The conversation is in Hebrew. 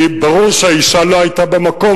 כי ברור שהאשה לא היתה במקום,